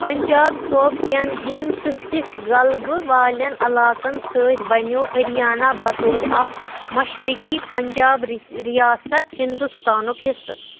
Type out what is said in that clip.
پنجاب صوٗبہٕ كٮ۪ن ہیٚندۍ تہٕ سِكھ غلبہٕ والٮ۪ن علاقن سٕتۍ بنیٚوو ہریانہ بطور اكھ مشرقی پنجاب رِیاست ہندوستانُک حِصہٕ